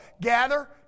Gather